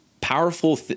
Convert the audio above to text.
powerful